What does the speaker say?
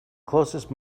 closest